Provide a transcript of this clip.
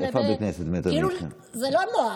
זה לא נוח.